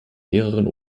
mehreren